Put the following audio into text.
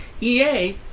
EA